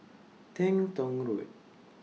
Teng Tong Road